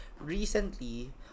recently